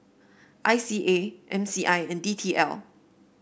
I C A M C I and D T L